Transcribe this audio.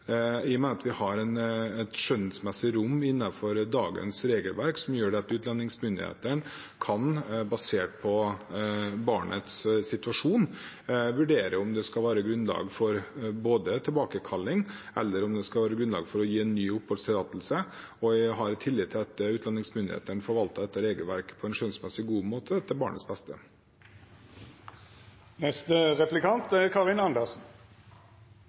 at vi har et skjønnsmessig rom innenfor dagens regelverk, kan utlendingsmyndighetene, basert på barnets situasjon, vurdere om det er grunnlag for tilbakekalling, eller om det er grunnlag for å gi en ny oppholdstillatelse. Jeg har tillit til at utlendingsmyndighetene forvalter dette regelverket på en skjønnsmessig god måte til barnets beste. Det denne saken handler om, er